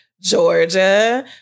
Georgia